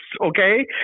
Okay